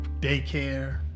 daycare